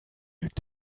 wirkt